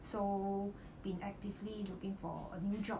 so been actively looking for a new job